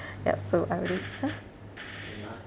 yup so I rather !huh!